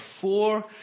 four